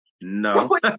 No